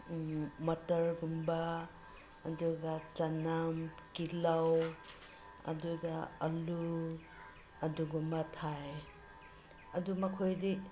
ꯃꯠꯇꯔꯒꯨꯝꯕ ꯑꯗꯨꯒ ꯆꯅꯝ ꯇꯤꯜꯍꯧ ꯑꯗꯨꯒ ꯑꯥꯜꯂꯨ ꯑꯗꯨꯒꯨꯝꯕ ꯊꯥꯏ ꯑꯗꯨ ꯃꯈꯣꯏꯗꯤ